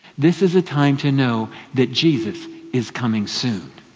this is a time to know that jesus is coming soon.